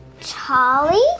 Charlie